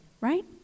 right